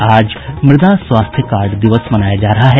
और आज मृदा स्वास्थ्य कार्ड दिवस मनाया जा रहा है